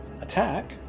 attack